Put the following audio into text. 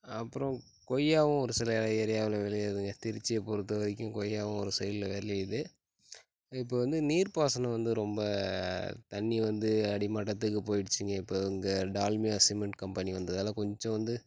அப்பறம் கொய்யாவும் ஒரு சில எல ஏரியாவில் விளயுதுங்க திருச்சியைப் பொறுத்த வரைக்கும் கொய்யாவும் ஒரு சைட்ல விளயுது இப்போ வந்து நீர் பாசனம் வந்து ரொம்ப தண்ணி வந்து அடி மட்டத்துக்கு போய்டுச்சிங்க இப்போ இந்த டால்மியா சிமெண்ட் கம்பெனி வந்ததால் கொஞ்சம் வந்து